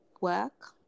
work